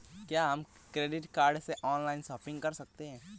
क्या हम credit card से ऑनलाइन शॉपिंग कर सकते हैं?